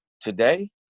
today